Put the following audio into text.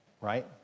right